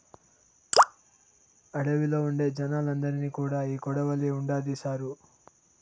అడవిలో ఉండే జనాలందరి కాడా ఈ కొడవలి ఉండాది సారూ